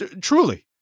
Truly